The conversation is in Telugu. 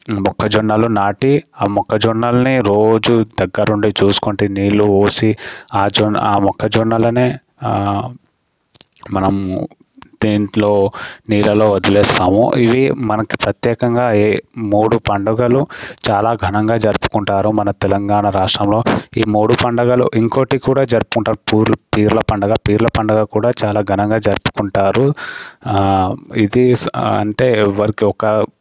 మొక్కజొన్నలు నాటి ఆ మొక్కజొన్నల్ని రోజు దగ్గర ఉండి చూసుకుంటూ నీళ్లు పోసి ఆ జొన్న ఆ మొక్కజొన్నలనే మనం దేంట్లో నీళ్లలో వదిలేస్తాము ఇవి మనకు ప్రత్యేకంగా ఏ మూడు పండుగలు చాలా ఘనంగా జరుపుకుంటారు మన తెలంగాణ రాష్ట్రంలో ఈ మూడు పండగలు ఇంకోటి కూడా జరుపుకుంటారు పూర్ పీర్ల పండుగ పీర్ల పండుగ కూడా చాలా ఘనంగా జరుపుకుంటారు ఇట్ ఇస్ అంటే వారికి ఒక